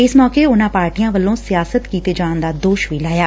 ਇਸ ਮੌਕੇ ਉਨੁਾਂ ਪਾਰਟੀਆਂ ਵੱਲੋਂ ਸਿਆਸਤ ਕੀਤੇ ਜਾਣ ਦਾ ਦੋਸ਼ ਵੀ ਲਾਇਆ